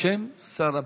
בשם שר הבריאות.